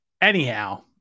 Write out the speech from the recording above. Anyhow